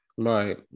Right